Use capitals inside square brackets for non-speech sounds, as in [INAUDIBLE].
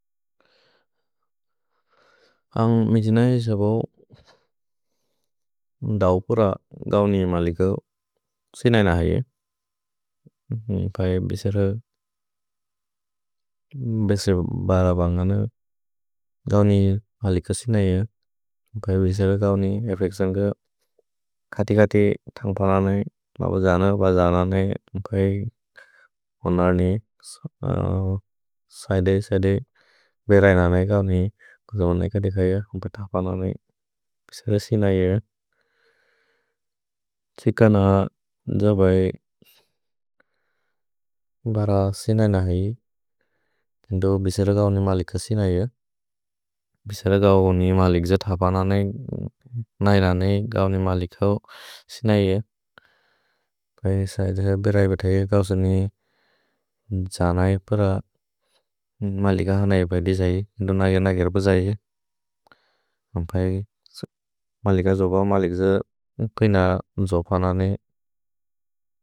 अन्ग् मिजिन इस बो [HESITATION] दौपुर गौनि मलिक सिनै नहि ए। [HESITATION] म्पए बेसेर, [HESITATION] बेसेर बर बन्गन गौनि मलिक सिनै ए। म्पए बेसेर गौनि एप्लेच्तिओन् के [HESITATION] खति खति थन्ग् पनन ए, बब जन, बब जन न ए। म्पए ओनर् नि सैदे सैदे बेरैन न ए गौनि, कुजोन् न ए क देख ए ए, म्पए थन्ग् पनन ए। भेसेर सिनै ए। [HESITATION] छ्हिकन जो बए [HESITATION] बर सिनै नहि ए। [HESITATION] इन्दो बेसेर गौनि मलिक सिनै ए। [HESITATION] भेसेर गौनि मलिक् ज थन्ग् पनन न ए, नैन न ए गौनि मलिक सिनै। [HESITATION] पए सैदे बेरै ब थे ए गौसु नि [HESITATION] जन ए, पर मलिक हन ए पए देख ए। इन्दो नग नग र प ज ए ए। [HESITATION] म्पए मलिक जो बओ, मलिक ज कैन जो पनन ए।